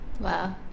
Wow